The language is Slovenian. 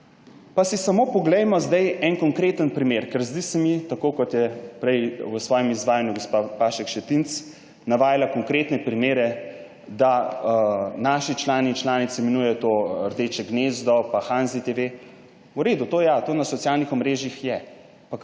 Pa si samo poglejmo zdaj en konkreten primer, ker se mi zdi, kot je prej v svojem izvajanju gospa Pašek Šetinc navajala konkretne primere, da naše članice in člani imenujejo to rdeče gnezdo pa Hanzi TV. V redu, to ja, to na socialnih omrežjih je.